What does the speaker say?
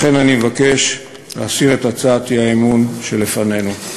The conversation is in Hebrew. לכן אני מבקש להסיר את הצעת האי-אמון שלפנינו.